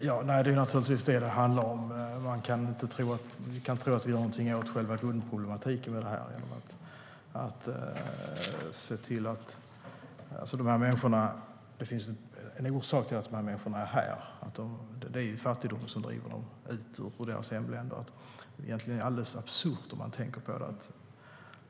Herr talman! Det är naturligtvis detta det handlar om. Man ska inte tro att vi gör någonting åt själva grundproblematiken genom det här. Det finns en orsak till att dessa människor är här. Det är fattigdomen som driver dem ut ur sina hemländer. Om man tänker på det är det egentligen alldeles absurt.